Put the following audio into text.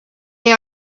they